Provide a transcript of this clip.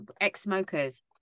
ex-smokers